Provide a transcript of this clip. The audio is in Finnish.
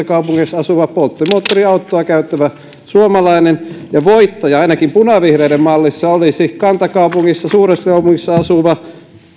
kaupungissa asuva polttomoottoriautoa käyttävä suomalainen ja voittaja ainakin punavihreiden mallissa olisi kantakaupungissa suuressa kaupungissa asuva